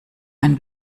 ein